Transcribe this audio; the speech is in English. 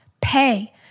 pay